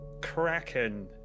kraken